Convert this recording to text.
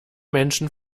menschen